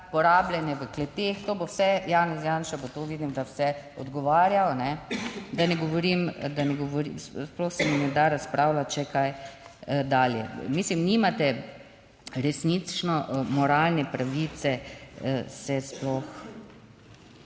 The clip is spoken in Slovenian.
porabljene v kleteh. To bo vse. Janez Janša bo to, vidim, da vse odgovarjal. Da ne govorim, da ne govorim, sploh se mi ne da razpravljati še kaj dalje, mislim nimate resnično moralne pravice se sploh